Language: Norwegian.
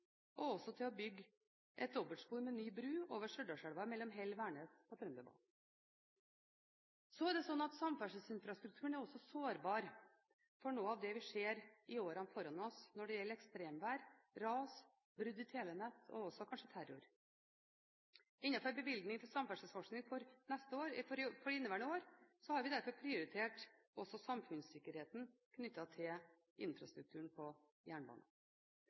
og også til å bygge et dobbeltspor med ny bro over Stjørdalselva mellom Hell og Værnes på Trønderbanen. Samferdselsinfrastrukturen er også sårbar for noe av det vi kan se i årene foran oss når det gjelder ekstremvær, ras, brudd i telenett og også kanskje terror. I bevilgningen til samferdselsforskning for inneværende år har vi derfor prioritert også samfunnssikkerheten knyttet til infrastrukturen på jernbanen.